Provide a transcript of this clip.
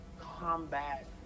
combat